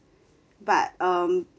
but um